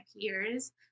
peers